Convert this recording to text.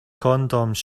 condoms